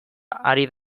ari